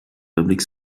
public